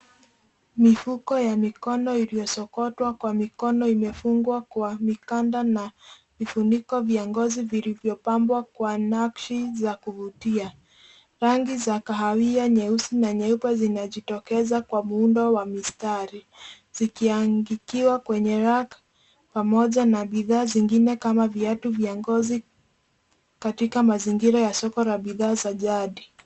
Mifuko ya mikono iliyosokotwa kwa mikono imefungwa kwa mikanda na vifuniko vya ngozi vilivyopangwa kwa nakshi za kuvutia. Rangi za kahawia nyeusi na nyeupe zinajitokeza kwa muundo wa mistari zikiandikiwa kwenye rack pamoja na bidhaa zingine kama viatu vya ngozi katika mazingira ya soko a bidhaa za jadi.